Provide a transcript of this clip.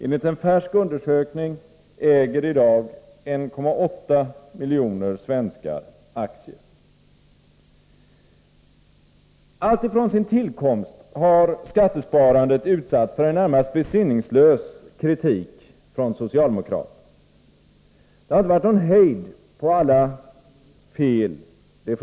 Enligt en färsk undersökning äger i dag 1,8 miljoner svenskar aktier. Alltifrån sin tillkomst har skattesparandet utsatts för en närmast besinningslös kritik från socialdemokraterna. Det har inte varit någon hejd när det gäller alla fel.